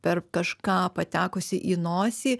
per kažką patekusį į nosį